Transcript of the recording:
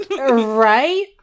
Right